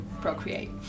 procreate